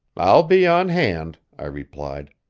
i'll be on hand, i replied.